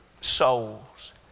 souls